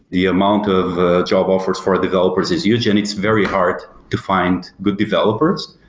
the amount of job offers for developers is huge and it's very hard to find good developers,